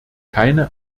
keine